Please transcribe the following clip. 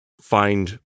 find